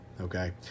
okay